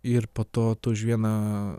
ir po to už vieną